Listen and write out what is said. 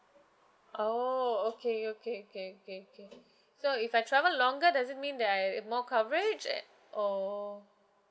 oh okay okay okay okay K so if I travel longer doesn't mean that I have more coverage uh or